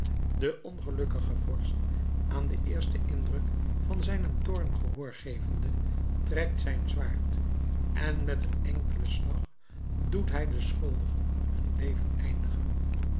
de ongelukkige vorst aan den eersten indruk van zijnen toorn gehoor gevende trekt zijn zwaard en met een enkelen slag doet hij de schuldigen hun leven eindigen